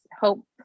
hope